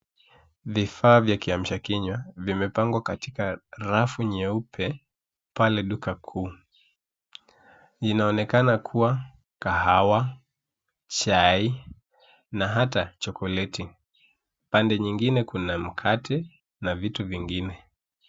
Vifaa vya kiamsha kinywa vimepangwa katika rafu nyeupe pale duka kuu. Inaonekana kuwa kahawa, chai, na ata chokoleti. Pande nyingine kuna mkate na vitu vingine.